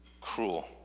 cruel